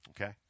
okay